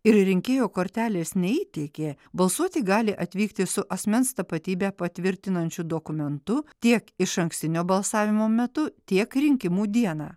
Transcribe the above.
ir rinkėjo kortelės neįteikė balsuoti gali atvykti su asmens tapatybę patvirtinančiu dokumentu tiek išankstinio balsavimo metu tiek rinkimų dieną